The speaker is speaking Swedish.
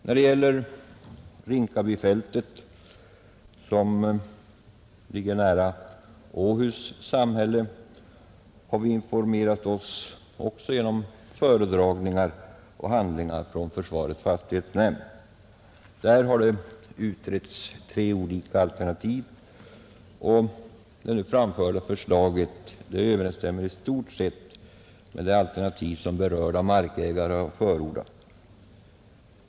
När det gäller Rinkabyfältet, som ligger nära Åhus samhälle, har vi också informerat oss genom föredragningar och handlingar från försvarets fastighetsnämnd. Där har utretts tre olika alternativ. Det nu framförda förslaget överensstämmer i stort sett med det alternativ som berörda markägare har förordat.